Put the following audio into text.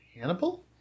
Hannibal